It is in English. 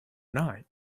not